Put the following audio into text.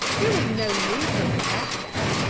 there was no need for her to ask that,